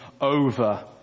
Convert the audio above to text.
over